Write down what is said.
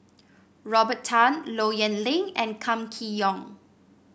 Robert Tan Low Yen Ling and Kam Kee Yong